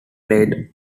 played